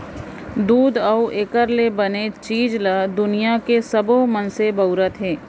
दूद अउ एकर ले बने चीज ल दुनियां के सबो मनसे बउरत हें